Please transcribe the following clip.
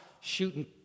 shooting